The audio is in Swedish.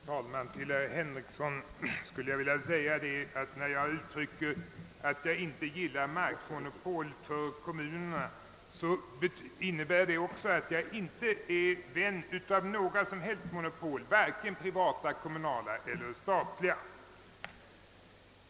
Herr talman! Till herr Henrikson skulle jag vilja säga, att när jag uttrycker den meningen att jag inte gillar markmonopol för kommunerna, så innebär det också att jag inte är vän av några som helst monopol — vare sig privata, kommunala eller statliga.